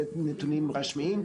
זה נתונים רשמיים,